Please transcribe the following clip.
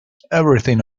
everything